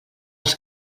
els